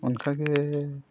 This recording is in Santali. ᱚᱱᱠᱟᱜᱮ